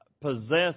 possess